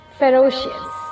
ferocious